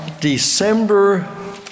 December